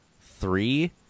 three